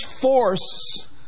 force